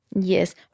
Yes